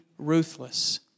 Ruthless